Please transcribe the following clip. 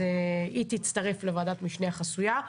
היא תצטרף לוועדת המשנה החסויה.